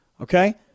Okay